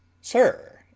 Sir